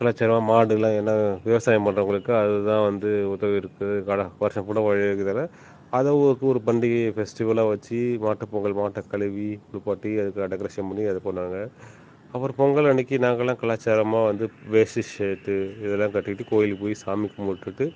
கலாச்சாரம் மாடுலாம் ஏனா விவசாயம் பண்ணுறவங்களுக்கு அதுதான் வந்து உதவிருக்குது கடை வருஷம் ஃபுல்லா உழைக்கிறதால அதை ஒக் ஒரு பண்டிகையை ஃபெஸ்டிவலாக வச்சு மாட்டுப்பொங்கல் மாட்டக்கழுவி குளிப்பாட்டி அதுக்கு கா டெக்கரேஷன் பண்ணி அதைப் பண்ணுவாங்கள் அப்புறம் பொங்கல் அன்றைக்கி நாங்கள்லாம் கலாச்சாரமாக வந்து வேஷ்டி சேர்ட்டு இதெல்லாம் கட்டிக்கிட்டு கோயிலுக்குப் போய் சாமி கும்பிட்டுட்டு